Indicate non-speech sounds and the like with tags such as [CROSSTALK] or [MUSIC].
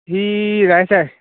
সি [UNINTELLIGIBLE]